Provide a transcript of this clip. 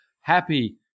happy